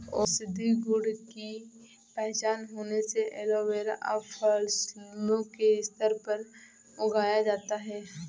औषधीय गुण की पहचान होने से एलोवेरा अब फसलों के स्तर पर उगाया जाता है